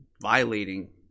violating